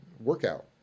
workout